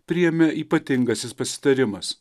priėmė ypatingasis pasitarimas